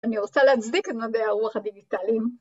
אני רוצה להצדיק את מדעי הרוח הדיגיטליים.